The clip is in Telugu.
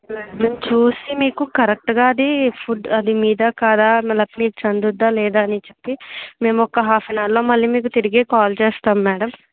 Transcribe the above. మేము చూసి మీకు కరెక్ట్గా అది ఫుడ్ అది మీదా కాదా మళ్ళాక మీకు చెందుదా లేదా అని చెప్పి మేము ఒక హాఫ్ ఆన్ అవర్లో మళ్ళీ మీకు తిరిగి కాల్ చేస్తాము మేడం